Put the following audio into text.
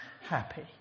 happy